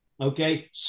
Okay